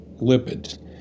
lipids